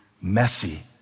messy